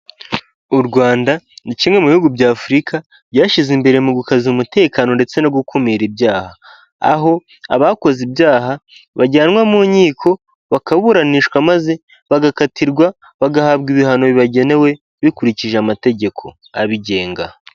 U Rwanda ni kimwe mu bihugu by'Afurika byashyize imbere mu gukaza umutekano ndetse no gukumira ibyaha, aho abakoze ibyaha bajyanwa mu nkiko bakaburanishwa maze bagakatirwa bagahabwa ibihano bibagenewe bikurikije amategeko abigenga.